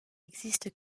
existe